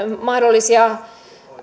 mahdollisia